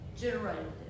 generated